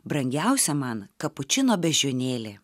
brangiausia man kapučino beždžionėlė